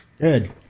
Good